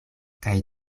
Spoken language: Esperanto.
kaj